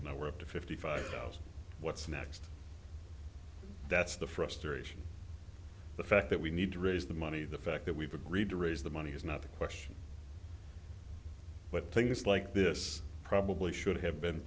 now we're up to fifty five dollars what's next that's the frustration the fact that we need to raise the money the fact that we've agreed to raise the money is not the question but things like this probably should have been